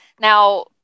Now